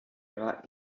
ihrer